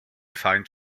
feind